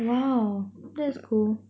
!wow! that's cool